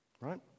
right